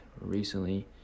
recently